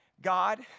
God